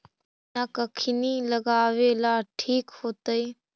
पुदिना कखिनी लगावेला ठिक होतइ?